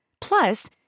Plus